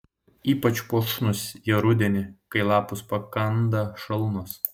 ypač puošnūs jie rudenį kai lapus pakanda šalnos